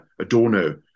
Adorno